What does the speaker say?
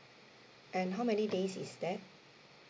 and how many days is that